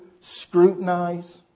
scrutinize